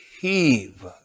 heave